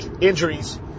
injuries